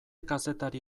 kazetari